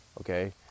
okay